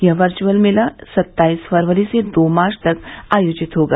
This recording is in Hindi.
यह वर्यअल मेला सत्ताईस फरवरी से दो मार्च तक आयोजित होगा